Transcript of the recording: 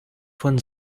von